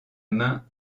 main